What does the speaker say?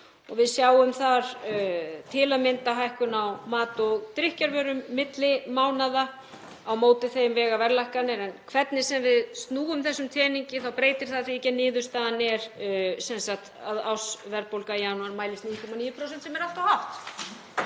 Við sjáum þar til að mynda hækkun á mat og drykkjarvörum milli mánaða en á móti þeim vega verðlækkanir. En hvernig sem við snúum þessum teningi þá breytir það því ekki að niðurstaðan er sem sagt sú að ársverðbólga í janúar mælist 9,9% sem er alltof hátt.